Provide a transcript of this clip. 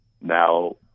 Now